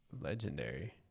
Legendary